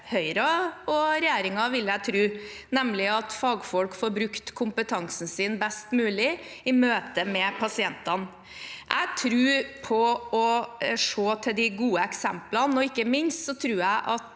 Høyre og regjeringen, nemlig at fagfolk får brukt kompetansen sin best mulig i møte med pasientene. Jeg tror på å se til de gode eksemplene, og ikke minst ønsker